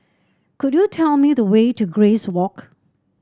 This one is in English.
could you tell me the way to Grace Walk